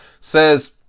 says